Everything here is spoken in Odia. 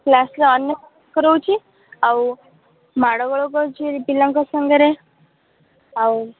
କ୍ଲାସ୍ରେ ଅନ୍ୟମନସ୍କ ରହୁଛି ଆଉ ମାଡ଼ ଗୋଳ କରୁଛି ଏଇ ପିଲାଙ୍କ ସାଙ୍ଗରେ ଆଉ